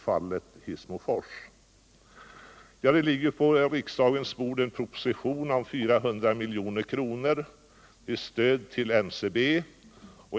Det ligger nu på riksdagens bord en proposition om ett stöd på 400 milj.kr. till NCB.